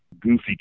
goofy